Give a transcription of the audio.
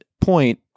point